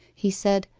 he said,